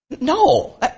No